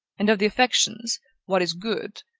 and of the affections what is good?